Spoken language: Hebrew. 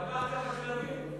פגעת בכלבים.